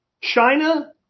China